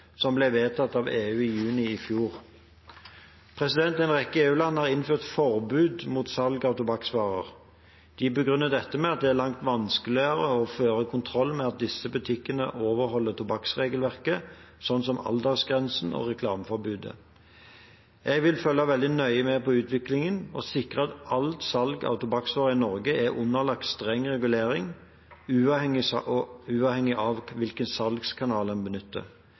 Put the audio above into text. som ble vedtatt av EU i juni i fjor. En rekke EU-land har innført forbud mot nettsalg av tobakksvarer. De begrunner dette med at det er langt vanskeligere å føre kontroll med at disse butikkene overholder tobakksregelverket, slik som aldersgrensen og reklameforbudet. Jeg vil følge veldig nøye med på utviklingen og sikre at alt salg av tobakksvarer i Norge er underlagt streng regulering, uavhengig av hvilken salgskanal en benytter.